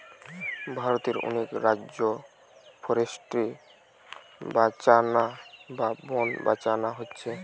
ভারতের অনেক রাজ্যে ফরেস্ট্রি বাঁচানা বা বন বাঁচানা হচ্ছে